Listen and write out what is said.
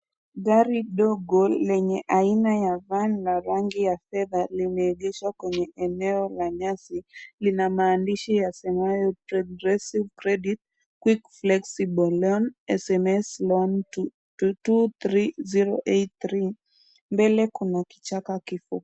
Gari ndogo lenye aina ya van na rangi ya fedha limeegeshwa kwenye eneo la nyasi, lina maandishi yasemayo progressive credit quick flexible loan, SMS loan to 23083 mbele kuna kichaka kiko.